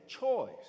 choice